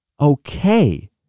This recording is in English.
okay